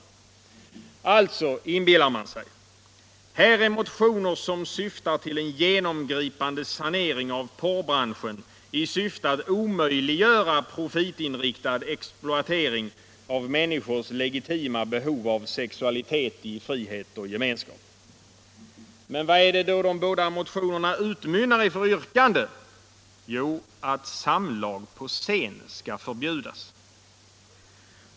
Här är alltså, inbillar man sig, motioner som syftar till en genomgripande sanering av porrbranschen i syfte att omöjliggöra profitinriktad exploatering av människors legitima behov av sexualitet i frihet och gemenskap. Men vad är det då de båda motionerna utmynnar i för vrkanden? Jo, att samlag på scen skall förbjudas.